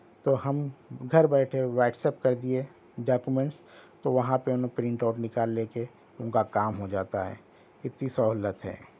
تو ہم گھر بیٹھے واٹساپ کر دیئے ڈاکیومینٹس تو وہاں پہ ان پرنٹ آؤٹ نکال لے کے ان کا کام ہو جاتا ہے اتنی سہولت ہے